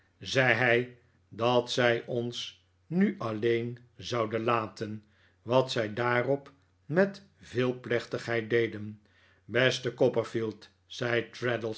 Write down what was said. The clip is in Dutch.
zei hij dat zij ons nu alleen zouden laten wat zij daarop met veel plechtigfheid deden beste copperfield zei